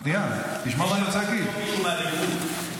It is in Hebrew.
יש אחראי ליום לאומי, ויש מי שלוקח את האחריות.